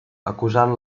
acusant